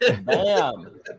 Bam